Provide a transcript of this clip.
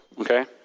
Okay